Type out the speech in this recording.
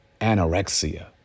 anorexia